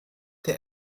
der